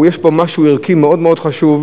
יש בו משהו ערכי מאוד מאוד חשוב.